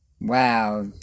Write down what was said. Wow